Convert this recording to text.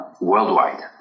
worldwide